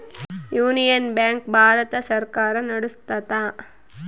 union Bank Bharat ಸರ್ಕಾರ ನಡ್ಸುತ್ತ